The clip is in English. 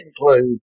include